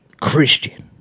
Christian